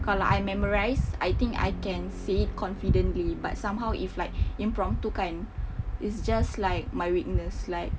kalau I memorise I think I can say it confidently but somehow if like impromptu kan is just like my weakness like